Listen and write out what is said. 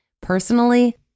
Personally